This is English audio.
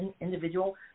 individual